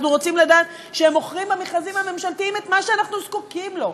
אנחנו רוצים לדעת שהם מוכרים במכרזים הממשלתיים את מה שאנחנו זקוקים לו,